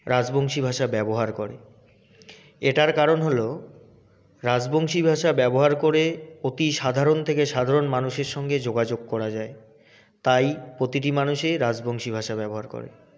রাজবংশী ভাষা ব্যবহার করে এটার কারণ হল রাজবংশী ভাষা ব্যবহার করে অতিসাধারণ থেকে সাধারণ মানুষের সঙ্গে যোগাযোগ করা যায় তাই প্রতিটি মানুষেই রাজবংশী ভাষা ব্যবহার করে